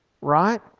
right